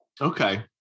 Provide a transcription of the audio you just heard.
Okay